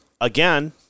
again